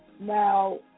Now